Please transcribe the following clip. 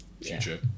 future